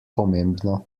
pomembno